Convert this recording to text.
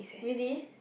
really